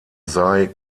sei